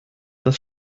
das